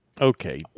Okay